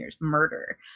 murder